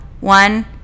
One